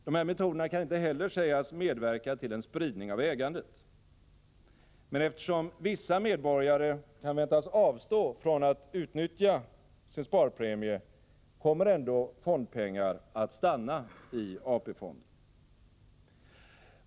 Dessa metoder kan inte heller sägas medverka till en spridning av ägandet. Men eftersom vissa medborgare kan väntas avstå från att utnyttja sin sparpremie kommer ändå fondpengar att stanna i AP-fonden.